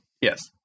Yes